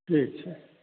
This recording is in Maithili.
ठीक छै